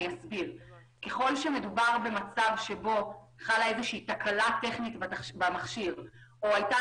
ככל שמדובר במצב שבו חלה תקלה טכנית במכשיר או הייתה